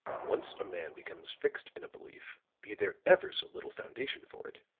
once a man becomes fixed in a belief, be there ever so little foundation for it,